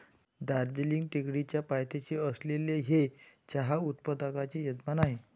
दार्जिलिंग टेकडीच्या पायथ्याशी असलेले हे चहा उत्पादकांचे यजमान आहे